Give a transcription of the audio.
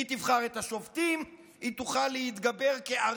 היא תבחר את השופטים, היא תוכל להתגבר "כארי"